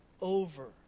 over